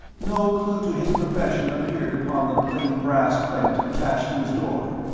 no clue to his profession appeared upon the plain brass plate attached to his door,